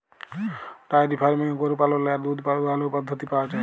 diary ফার্মিংয়ে গরু পাললের আর দুহুদ দহালর পদ্ধতি পাউয়া যায়